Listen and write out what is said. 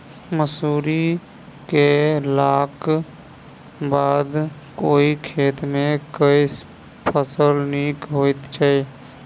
मसूरी केलाक बाद ओई खेत मे केँ फसल नीक होइत छै?